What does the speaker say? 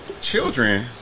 Children